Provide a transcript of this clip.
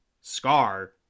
Scar